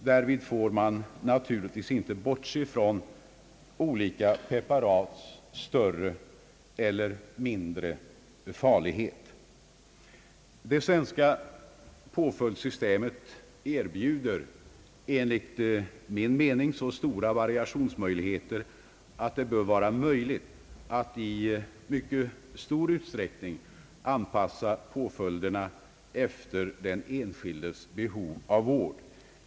Därvid får man naturligtvis inte bortse från olika preparats större eller mindre farlighet. Det svenska påföljdssystemet erbjuder enligt min mening så stora variationsmöjligheter att det i mycket stor utsträckning bör gå att anpassa påföljderna efter den enskildes behov av vård.